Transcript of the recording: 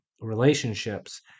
relationships